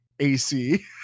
ac